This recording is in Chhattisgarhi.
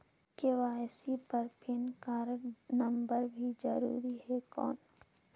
के.वाई.सी बर पैन कारड नम्बर भी जरूरी हे कौन?